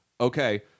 Okay